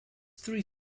three